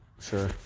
Sure